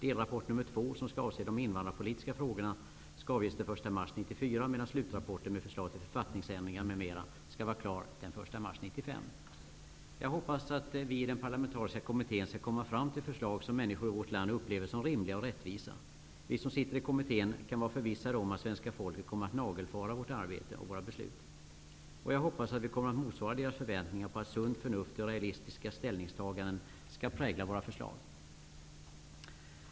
Delrapport nummer två som skall avse de invandrarpolitiska frågorna skall avges den 1 mars 1994, medan slutrapporten med förslag till författningsändringar m.m. skall vara klar den 1 Jag hoppas att vi i den parlamentariska kommittén skall komma fram till förslag som människor i vårt land upplever som rimliga och rättvisa. Vi som sitter i kommittén kan vara förvissade om att svenska folket kommer att nagelfara vårt arbete och våra beslut. Jag hoppas att vi kommer att motsvara deras förväntningar på att sunt förnuft och realistiska ställningstaganden skall prägla våra förslag.